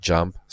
Jump